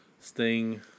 Sting